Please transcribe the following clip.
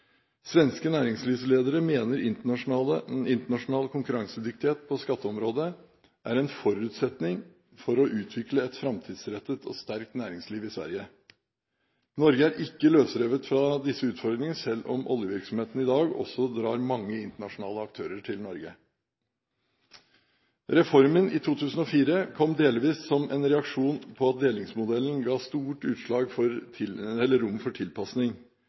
Svenske næringslivsledere mener internasjonal konkurransedyktighet på skatteområdet er en forutsetning for å utvikle et framtidsrettet og sterkt næringsliv i Sverige. Norge er ikke løsrevet fra disse utfordringene selv om oljevirksomheten i dag også drar mange internasjonale aktører til Norge. Reformen i 2004 kom delvis som en reaksjon på at delingsmodellen ga stort rom for